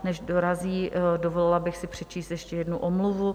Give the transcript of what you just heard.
Než dorazí, dovolila bych si přečíst ještě jednu omluvu.